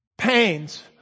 pains